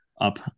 up